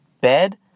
bed